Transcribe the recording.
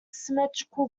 symmetrical